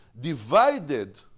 divided